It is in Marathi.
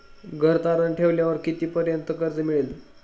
घर तारण ठेवल्यावर कितीपर्यंत कर्ज मिळेल?